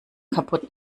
kaputt